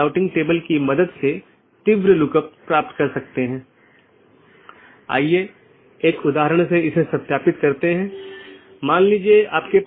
इसलिए इस पर प्रतिबंध हो सकता है कि प्रत्येक AS किस प्रकार का होना चाहिए जिसे आप ट्रैफ़िक को स्थानांतरित करने की अनुमति देते हैं